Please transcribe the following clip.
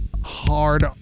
hard